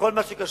בכל מה שקשור